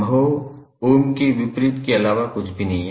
महो ओम् के विपरीत के अलावा कुछ भी नहीं है